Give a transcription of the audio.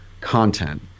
content